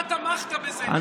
אתה תמכת בזה,